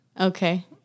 Okay